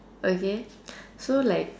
okay so like